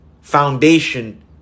foundation